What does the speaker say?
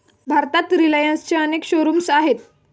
भारतात रिलायन्सचे अनेक शोरूम्स आहेत